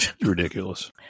Ridiculous